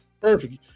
Perfect